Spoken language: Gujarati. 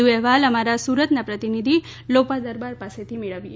વધુ અહેવાલ અમારા સુરતના પ્રતિનિધિ લોપા દરબાર પાસેથી મેળવીએ